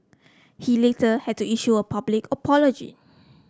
he later had to issue a public apology